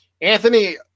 Anthony